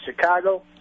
Chicago